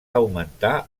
augmentar